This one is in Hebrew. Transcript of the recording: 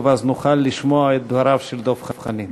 אז נוכל לשמוע את דבריו של דב חנין.